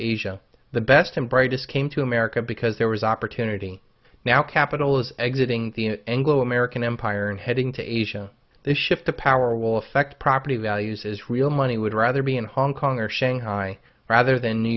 asia the best and brightest came to america because there was opportunity now capital is exiting the anglo american empire and heading to asia this shift to power will affect property values is real money would rather be in hong kong or shanghai rather than new